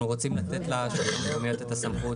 אנחנו רוצים לתת להם את הסמכות.